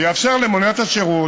ויאפשר למוניות השירות,